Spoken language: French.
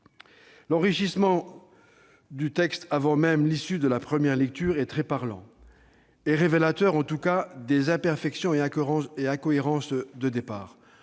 L'enrichissement du texte avant même l'issue de la première lecture est très parlant. Il est révélateur en tout cas des imperfections et incohérences de départ.